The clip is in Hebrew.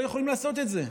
לא יכולים לעשות את זה.